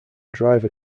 driver